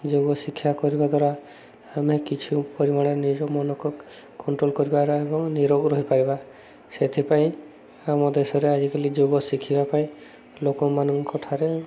ଯୋଗ ଶିକ୍ଷା କରିବା ଦ୍ୱାରା ଆମେ କିଛି ପରିମାଣରେ ନିଜ ମନକୁ କଣ୍ଟ୍ରୋଲ କରିପାରିବା ଏବଂ ନିରୋଗ ରହିପାରିବା ସେଥିପାଇଁ ଆମ ଦେଶରେ ଆଜିକାଲି ଯୋଗ ଶିଖିବା ପାଇଁ ଲୋକମାନଙ୍କ ଠାରେ